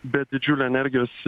be didžiulė energijos